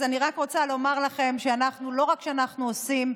אז אני רק רוצה לומר לכם שלא רק שאנחנו עושים,